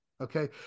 okay